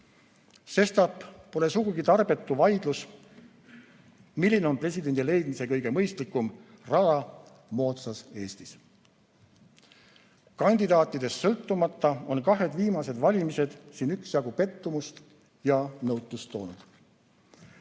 Sestap pole sugugi tarbetu vaidlus, milline on presidendi leidmise kõige mõistlikum rada moodsas Eestis. Kandidaatidest sõltumata on kahed viimased valimised siin üksjagu pettumust ja nõutust toonud.